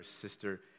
sister